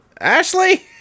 Ashley